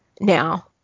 now